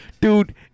Dude